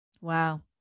wow